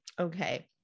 Okay